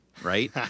right